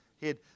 head